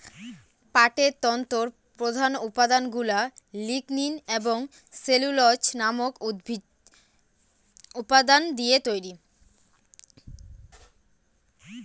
পাটের তন্তুর প্রধান উপাদানগুলা লিগনিন এবং সেলুলোজ নামক উদ্ভিজ্জ উপাদান দিয়ে তৈরি